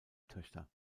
töchter